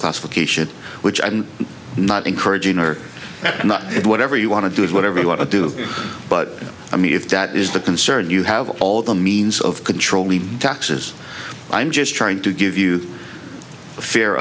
classification which i'm not encouraging or not it whatever you want to do is whatever you want to do but i mean if that is the concern you have all the means of controlling taxes i'm just trying to give you a fair